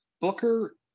Booker